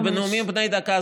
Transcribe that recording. זה בנאומים בני דקה,